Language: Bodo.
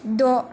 द'